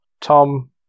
Tom